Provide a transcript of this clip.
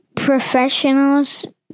Professionals